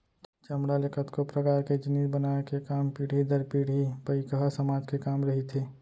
चमड़ा ले कतको परकार के जिनिस बनाए के काम पीढ़ी दर पीढ़ी पईकहा समाज के काम रहिथे